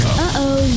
Uh-oh